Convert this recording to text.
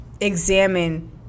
examine